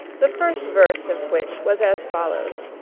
the first verse of which was as follows